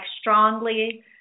strongly